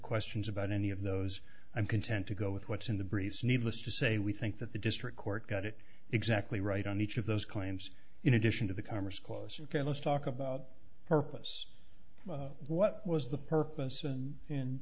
questions about any of those i'm content to go with what's in the briefs needless to say we think that the district court got it exactly right on each of those claims in addition to the commerce clause or careless talk about purpose what was the purpose and